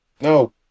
No